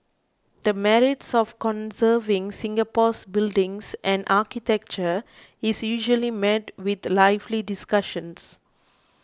the merits of conserving Singapore's buildings and architecture is usually met with lively discussions